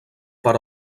per